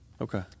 Okay